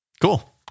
Cool